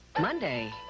Monday